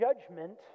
judgment